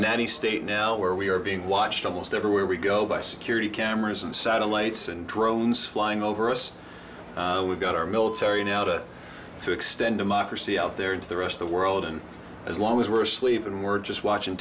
nanny state now where we are being watched almost everywhere we go by security cameras and satellites and drones flying over us we've got our military now to to extend democracy out there to the rest of the world and as long as we're sleeping we're just watching